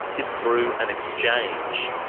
is through an exchange.